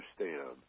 understand